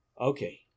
Okay